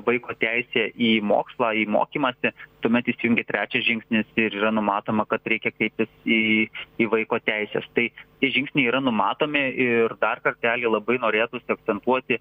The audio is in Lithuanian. vaiko teisė į mokslą į mokymąsi tuomet įsijungia trečias žingsnis ir yra numatoma kad reikia kreiptis į į vaiko teises tai tie žingsniai yra numatomi ir dar kartelį labai norėtųsi akcentuoti